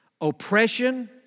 oppression